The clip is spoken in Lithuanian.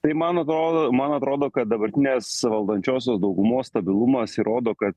tai man atrodo man atrodo kad dabartinės valdančiosios daugumos stabilumas įrodo kad